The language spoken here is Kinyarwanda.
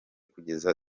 kugeza